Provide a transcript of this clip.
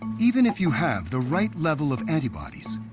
even if you have the right level of antibodies,